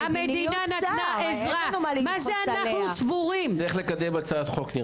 נצטרך לקדם הצעת חוק.